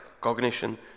cognition